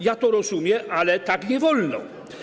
Ja to rozumiem, ale tak nie wolno.